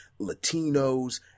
Latinos